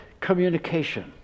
communication